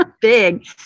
big